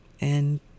And-